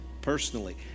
personally